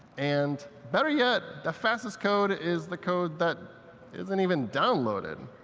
and better yet, the fastest code is the code that isn't even downloaded.